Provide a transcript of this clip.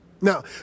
Now